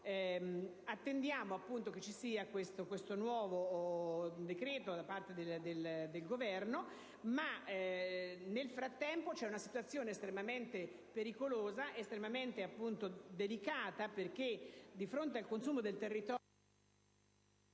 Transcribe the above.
Attendiamo che ci sia il nuovo decreto da parte del Governo, ma nel frattempo c'è una situazione estremamente pericolosa e delicata, perché, di fronte al consumo del territorio